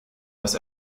das